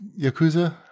Yakuza